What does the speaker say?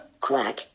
Quack